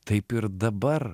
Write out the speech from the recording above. taip ir dabar